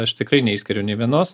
aš tikrai neišskiriu nei vienos